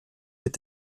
mit